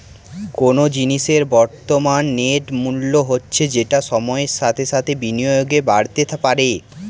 কোনো জিনিসের বর্তমান নেট মূল্য হচ্ছে যেটা সময়ের সাথে সাথে বিনিয়োগে বাড়তে পারে